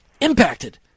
impacted